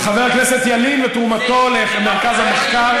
וחבר הכנסת ילין ותרומתו למרכז המחקר.